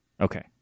Okay